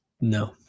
No